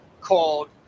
called